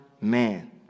man